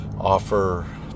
offer